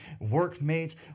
workmates